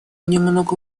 немного